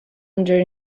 under